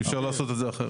אי אפשר לעשות את זה אחרת.